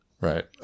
Right